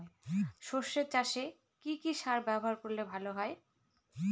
সর্ষে চাসে কি কি সার ব্যবহার করলে ভালো হয়?